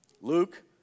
Luke